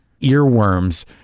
earworms